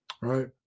Right